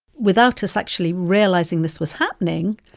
without us actually realizing this was happening,